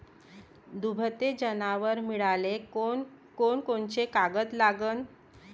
दुभते जनावरं मिळाले कोनकोनचे कागद लागन?